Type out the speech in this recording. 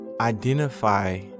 Identify